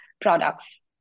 products